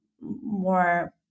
more